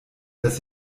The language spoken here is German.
das